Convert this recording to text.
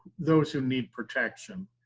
those who need protection.